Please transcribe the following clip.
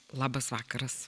labas vakaras